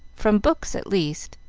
from books at least.